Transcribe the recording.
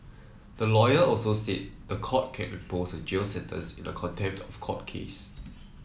the lawyer also said the court can impose a jail sentence in a contempt of court case